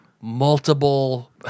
multiple